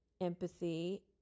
empathy